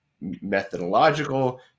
methodological